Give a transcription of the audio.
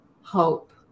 hope